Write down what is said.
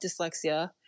dyslexia